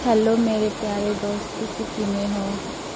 hello ਮੇਰੇ ਪਿਆਰੇ ਦੋਸਤ ਤੁਸੀਂ ਕਿਵੇਂ ਹੋ